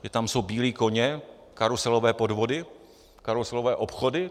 Že tam jsou bílí koně, karuselové podvody, karuselové obchody?